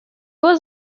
was